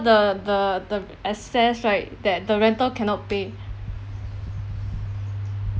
the the the excess right that the rental cannot pay